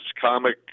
comic